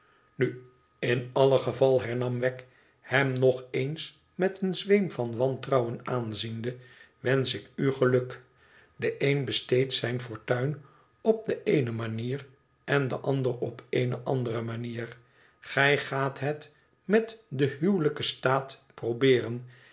inu in alle geval hernam wegg hem nog eens met een zweem van wantrouwen aanziende t wensch ik u geluk de een besteedt zijn fortuin op de eene üianier en de ander op eene andere manier gij gaat het met den huwelijken staat probeeren